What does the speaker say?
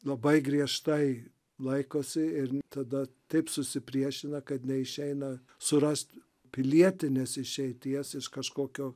labai griežtai laikosi ir tada taip susipriešina kad neišeina surast pilietinės išeities iš kažkokio